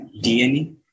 DNA